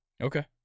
Okay